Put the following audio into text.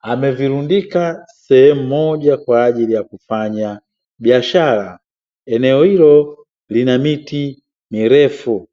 amevirundika sehemu moja kwa ajili ya kufanya biashara. Eneo hilo lina miti mirefu.